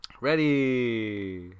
Ready